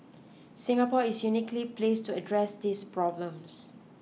Singapore is uniquely placed to address these problems